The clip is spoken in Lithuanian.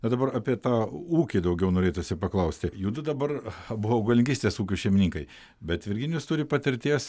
bet dabar apie tą ūkį daugiau norėtųsi paklausti judu dabar abu augalininkystės ūkių šeimininkai bet virginijus turi patirties